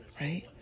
right